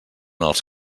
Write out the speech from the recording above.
els